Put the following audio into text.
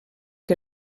que